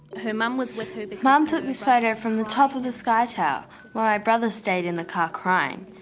her mum was with her. mum took this photo from the top of the sky tower while my brother stayed in the car crying.